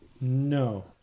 No